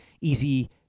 easy